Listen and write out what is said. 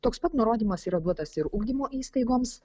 toks pat nurodymas yra duotas ir ugdymo įstaigoms